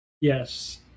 Yes